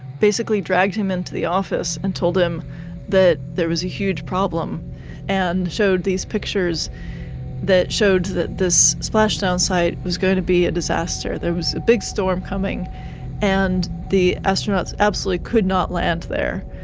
basically dragged him into the office and told him that there was a huge problem and showed these pictures that showed that this splashdown site was going to be a disaster. there was a big storm coming and the astronauts absolutely could not land there.